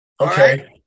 Okay